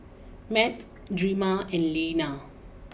Matt Drema and Lena